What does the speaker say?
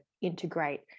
integrate